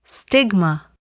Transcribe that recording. Stigma